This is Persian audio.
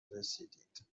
رسیدید